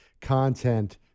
content